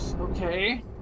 okay